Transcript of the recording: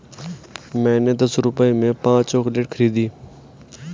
मैंने दस रुपए में पांच चॉकलेट खरीदी